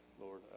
lord